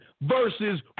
versus